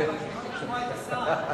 לשמוע את השר.